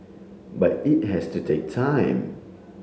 but it has to take time